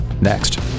Next